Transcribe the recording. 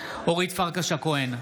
אורית פרקש הכהן,